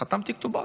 חתמתי על כתובה,